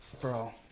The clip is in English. Bro